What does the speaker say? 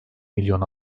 milyon